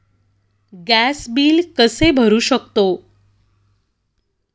Gas bill कसे भरू शकतो?